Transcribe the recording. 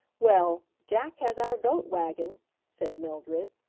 well, jack has our goat-wagon, said mildred.